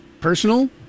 personal